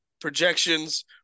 projections